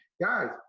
Guys